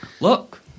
look